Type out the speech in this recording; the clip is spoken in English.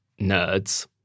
nerds